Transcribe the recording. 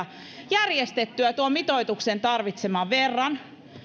järjestettyä tuon mitoituksen tarvitseman verran